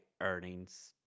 earnings